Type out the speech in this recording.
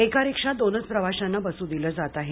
एका रिक्षात दोनच प्रवाशांना बसू दिले जात आहेत